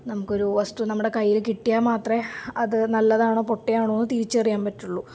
നമുക്ക് ഒരു വസ്തു നമ്മുടെ കയ്യിൽ കിട്ടിയാൽ മാത്രമേ അത് നല്ലതാണോ പൊട്ടയാണോന്ന് തിരിച്ചറിയാൻ പറ്റുകയുള്ളു